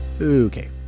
Okay